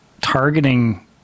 targeting